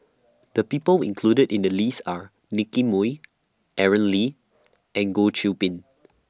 The People included in The list Are Nicky Moey Aaron Lee and Goh Qiu Bin